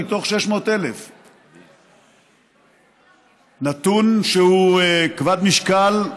מתוך 600,000. נתון שהוא כבד משקל,